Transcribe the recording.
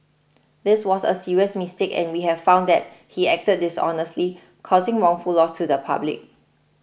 this was a serious mistake and we have found that he acted dishonestly causing wrongful loss to the public